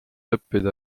õppida